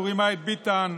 הוא רימה את ביטן,